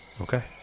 Okay